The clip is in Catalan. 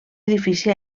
edifici